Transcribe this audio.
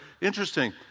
Interesting